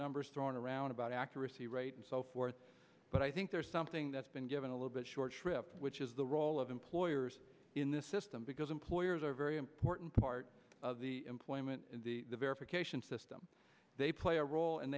numbers thrown around about accuracy rate and so forth but i think there's something that's been given a little bit short trip which is the role of employers in this system because employers are very important part of the employment in the verification system they play a role and